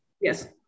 Yes